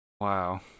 Wow